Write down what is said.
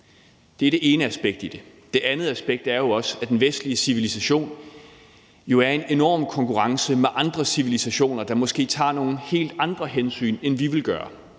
Det er det ene aspekt i det. Det andet aspekt er, at den vestlige civilisation jo er i en enorm konkurrence med andre civilisationer, der måske tager nogle helt andre hensyn, end vi vil gøre